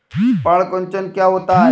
पर्ण कुंचन क्या होता है?